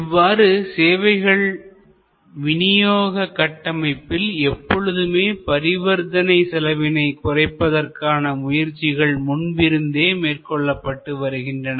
இவ்வாறு சேவைகள் விநியோக கட்டமைப்பில் எப்பொழுதுமே பரிவர்த்தனை செலவினை குறைப்பதற்காக முயற்சிகள் முன்பிருந்தே மேற்கொள்ளப்பட்டு வருகின்றன